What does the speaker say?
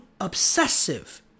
obsessive